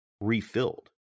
refilled